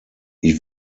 ich